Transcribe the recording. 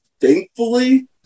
thankfully